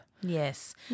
Yes